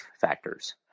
factors